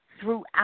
throughout